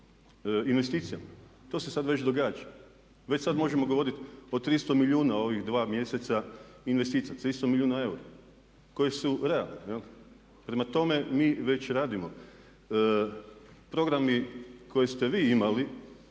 investicija. To se sada već događa. Već sada možemo govoriti o 300 milijuna ovih 2 mjeseca investicija. 300 milijuna eura koji su realni. Prema tome mi već radimo. Programi koje ste vi imali